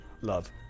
love